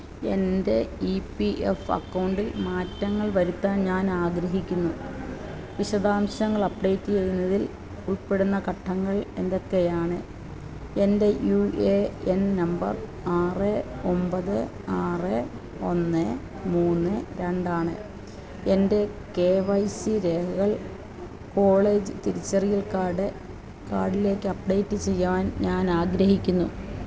എന്റെ ഈ P F അക്കൗണ്ടിൽ മാറ്റങ്ങൾ വരുത്താൻ ഞാനാഗ്രഹിക്കുന്നു വിശദാംശങ്ങൾ അപ്ഡേറ്റ് ചെയ്യുന്നതിൽ ഉൾപ്പെടുന്ന ഘട്ടങ്ങൾ എന്തൊക്കെയാണ് എന്റെ യൂ ഏ എൻ നമ്പർ ആറ് ഒൻപത് ആറ് ഒന്ന് മൂന്ന് രണ്ടാണ് എന്റെ കേ വൈ സീ രേഖകൾ കോളേജ് തിരിച്ചറിയൽ കാർഡ് കാഡിലേക്ക് അപ്ഡേറ്റ് ചെയ്യാൻ ഞാനാഗ്രഹിക്കുന്നു